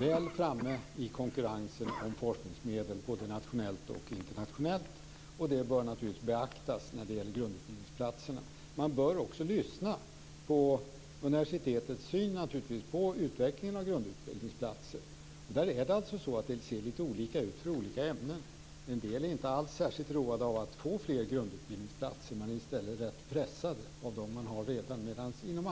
väl framme i konkurrensen om forskningsmedel både nationellt och internationellt. Det bör naturligtvis beaktas när det gäller grundutbildningsplatserna. Man bör naturligtvis också lyssna på vad universitetet har för syn på utvecklingen av grundutbildningsplatser. Det ser alltså lite olika ut för olika ämnen. En del är inte alls särskilt roade av att få fler grundutbildningsplatser. De är i stället rätt pressade av de platser som de redan har.